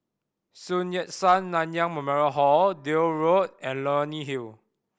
Sun Yat Sen Nanyang Memorial Hall Deal Road and Leonie Hill